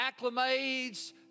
acclimates